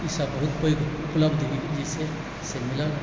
ई सब बहुत पैघ उपलब्धि जे छै से भेटल